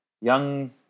young